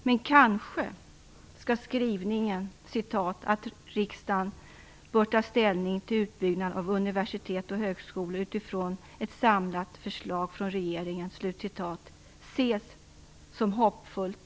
Men kanske skall skrivningen "att riksdagen bör ta ställning till utbyggnad av universitet och högskolor utifrån ett samlat förslag från regeringen" ses som hoppfullt.